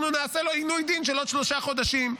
נעשה לו עינוי דין של עוד שלושה חודשים.